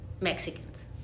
Mexicans